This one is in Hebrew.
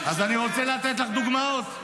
אז אני רוצה לתת לך דוגמאות.